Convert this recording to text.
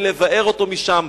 כדי לבער אותו משם,